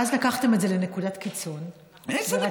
ואז לקחתם את זה לנקודת קיצון, איזו נקודת קיצון?